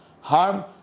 harm